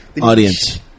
audience